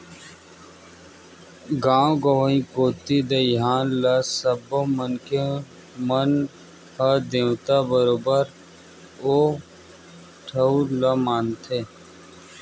गाँव गंवई कोती दईहान ल सब्बो मनखे मन ह देवता बरोबर ओ ठउर ल मानथे